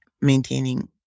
maintaining